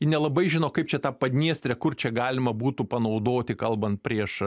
ji nelabai žino kaip čia tą padniestrę kur čia galima būtų panaudoti kalbant prieš